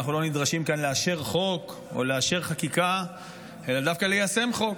אנחנו לא נדרשים כאן לאשר חוק או לאשר חקיקה אלא דווקא ליישם חוק.